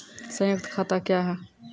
संयुक्त खाता क्या हैं?